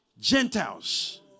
Gentiles